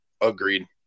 Agreed